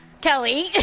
Kelly